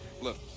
look